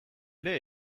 ere